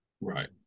Right